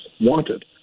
wanted